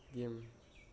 game